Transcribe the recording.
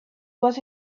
was